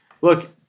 look